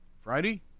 Friday